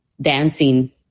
dancing